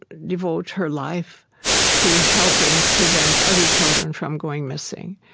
devote her life to helping prevent other children from going missing.